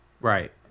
Right